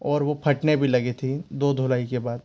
और वो फटने भी लगी थी दो धुलाई के बाद